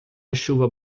chuva